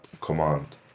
command